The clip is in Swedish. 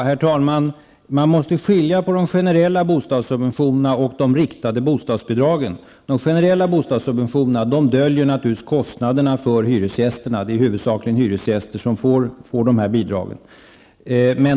Herr talman! Man måste skilja på de generella bostadssubventionerna och de riktade bostadsbidragen. De generella bostadssubventionerna döljer naturligtvis kostnaderna för hyresgästerna -- det är huvudsakligen hyresgäster som får dessa bidrag.